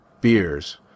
beers